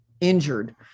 injured